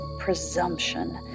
presumption